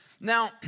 Now